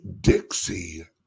Dixie